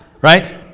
right